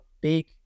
big